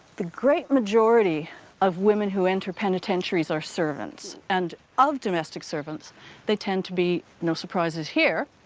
the great majority of women who enter penitentiaries are servants, and of domestic servants they tend to be, no surprises here,